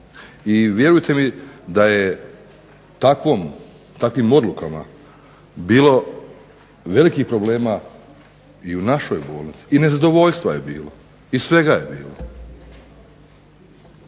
I vjerujte mi da je takvim odlukama bilo velikih problema i u našoj bolnici, i nezadovoljstva je bilo i svega je bilo.